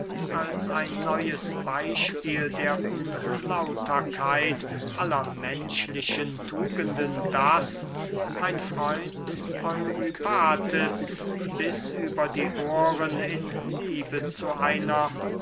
als ein neues beyspiel der unlauterkeit aller menschlichen tugenden daß mein freund eurybates bis über die ohren in liebe zu einer